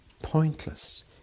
pointless